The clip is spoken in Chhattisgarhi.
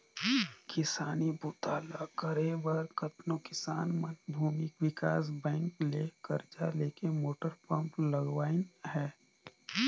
किसानी बूता ल करे बर कतनो किसान मन भूमि विकास बैंक ले करजा लेके मोटर पंप लगवाइन हें